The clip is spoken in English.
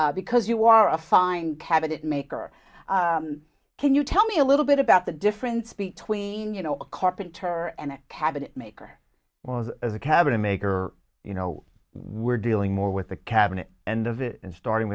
because you are a fine cabinet maker can you tell me a little bit about the difference between you know a carpenter and a cabinet maker as a cabinet maker or you know we're dealing more with the cabinet and of it and starting